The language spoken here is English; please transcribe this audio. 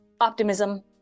optimism